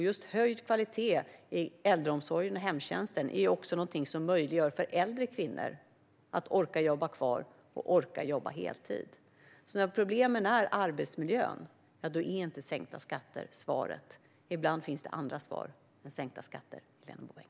Just höjd kvalitet i äldreomsorgen och hemtjänsten är också något som möjliggör för äldre kvinnor att orka jobba kvar och jobba heltid. När problemet är arbetsmiljön är sänkta skatter inte svaret. Ibland finns det andra svar än sänkta skatter, Helena Bouveng.